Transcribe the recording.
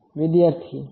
વિદ્યાર્થી તે